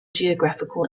geographical